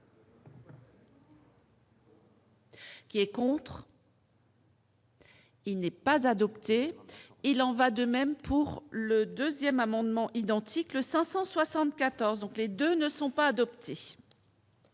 Qui est contre. Il n'est pas adoptée, il en va de même pour le 2ème amendement identique le 574 donc les 2 ne sont pas adoptées.